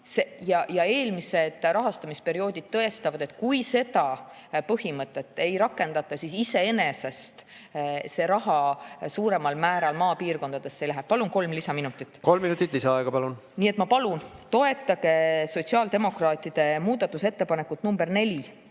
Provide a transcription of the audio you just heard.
Eelmised rahastamisperioodid tõestavad, et kui seda põhimõtet ei rakendata, siis iseenesest see raha suuremal määral maapiirkondadesse ei lähe. Palun kolm lisaminutit. Kolm minutit lisaaega, palun. Kolm minutit lisaaega, palun. Nii et ma palun, toetage sotsiaaldemokraatide muudatusettepanekut nr 4,